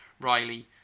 Riley